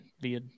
via